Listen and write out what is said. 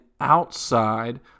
outside